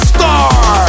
Star